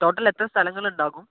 total എത്ര സ്ഥലങ്ങള് ഉണ്ടാകും